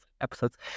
episodes